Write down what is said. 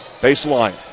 Baseline